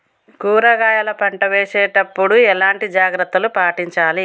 కూరగాయల పంట వేసినప్పుడు ఎలాంటి జాగ్రత్తలు పాటించాలి?